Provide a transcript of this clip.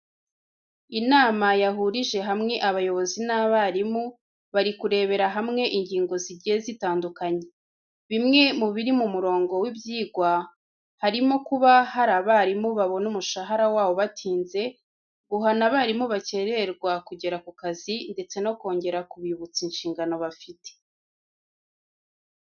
Inama yahurije hamwe abayobozi n'abarimu, bari kurebera hamwe ingingo zigiye zitandukanye. Bimwe mu biri mu murongo w'ibyigwa, harimo kuba hari abarimu babona umushahara wabo batinze, guhana abarimu bakerererwa kugera mu kazi ndetse no kongera kubibutsa inshingano bafite.